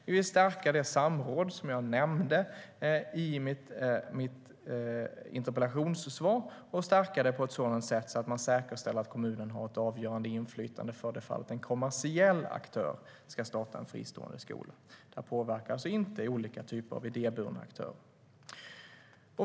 Vi vill stärka samrådet, som jag nämnde i mitt interpellationssvar, på ett sådant sätt att man säkerställer att kommunen har ett avgörande inflytande för det fall en kommersiell aktör ska starta en fristående skola. Det påverkar alltså inte olika typer av idéburna aktörer.